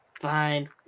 Fine